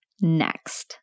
next